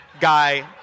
Guy